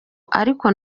ariko